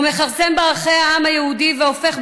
הוא מכרסם בערכי העם היהודי והופך,